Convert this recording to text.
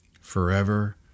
forever